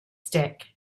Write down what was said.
stick